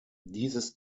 dieses